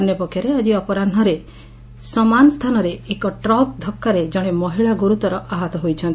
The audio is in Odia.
ଅନ୍ୟପକ୍ଷରେ ଆଜି ଅପରାହରେ ସମାନ ସ୍ରାନରେ ଏକ ଟ୍ରକ୍ ଧକ୍କାରେ ଜଣେ ମହିଳା ଗୁରୁତର ଆହତ ହୋଇଛନ୍ତି